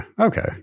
Okay